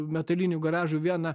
metalinių garažų vieną